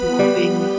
moving